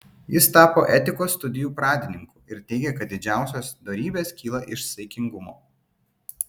jis tapo etikos studijų pradininku ir teigė kad didžiausios dorybės kyla iš saikingumo